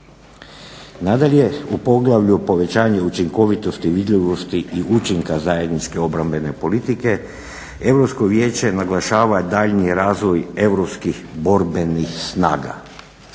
Nadalje u poglavlju povećanje učinkovitosti i vidljivosti i učinka zajedničke obrambene politike Europsko vijeće naglašava daljnji razvoj europskih borbenih snaga.